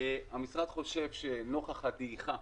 המשרד חושב שנוכח הדעיכה